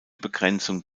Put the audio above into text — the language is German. begrenzung